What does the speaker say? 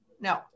No